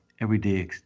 everyday